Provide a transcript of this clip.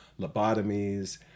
lobotomies